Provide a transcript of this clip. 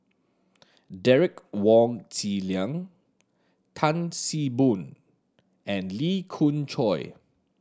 Derek Wong Zi Liang Tan See Boo and Lee Khoon Choy